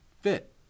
fit